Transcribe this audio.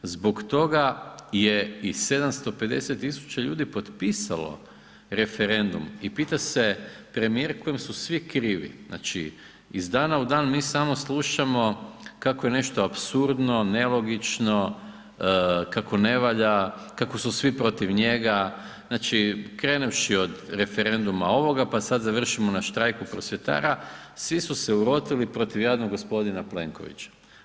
Zbog toga je i 750 tisuća ljudi potpisalo referendum i pita se premijer kojem su svi krivi, znači iz dana u dan mi samo slušamo kako je nešto apsurdno, nelogično, kako ne valja, kako su svi protiv njega, znači krenuvši od referenduma ovoga, pa sada završimo na štrajku prosvjetara, svi su se urotili protiv jadnog gospodina Plenkovića.